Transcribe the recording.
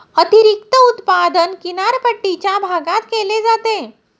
अतिरिक्त उत्पादन किनारपट्टीच्या भागात केले जाते